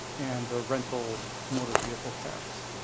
and the rental motor vehicle tax.